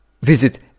Visit